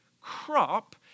crop